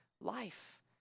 life